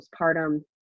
postpartum